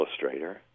illustrator